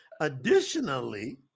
Additionally